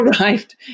arrived